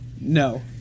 no